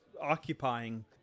occupying